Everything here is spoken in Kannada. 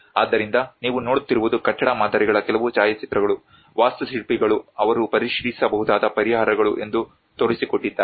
ಆದ್ದರಿಂದ ನೀವು ನೋಡುತ್ತಿರುವುದು ಕಟ್ಟಡ ಮಾದರಿಗಳ ಕೆಲವು ಛಾಯಾಚಿತ್ರಗಳು ವಾಸ್ತುಶಿಲ್ಪಿಗಳು ಅವರು ಪರಿಶೀಲಿಸಬಹುದಾದ ಪರಿಹಾರಗಳು ಎಂದು ತೋರಿಸಿಕೊಟ್ಟಿದ್ದಾರೆ